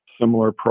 similar